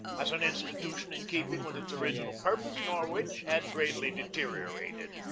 as an institution in keeping with its original pur pose, norwich had greatly deteriorated.